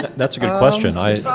that's a good question.